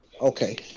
Okay